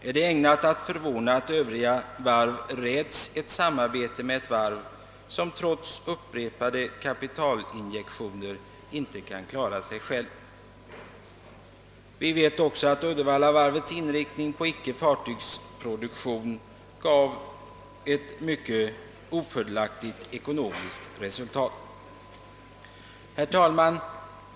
Är det då ägnat att förvåna, att övriga varv räds ett samarbete med ett varv som trots upprepade kapitalinjektioner inte kan klara sig självt? Vi vet också att Uddevallavarvets inriktning på icke-fartygsproduktion gav ett mycket ofördelaktigt ekonomiskt resultat. Herr talman!